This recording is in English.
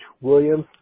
Williams